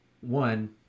one